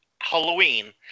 Halloween